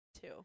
Two